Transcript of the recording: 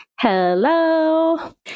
Hello